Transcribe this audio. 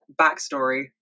backstory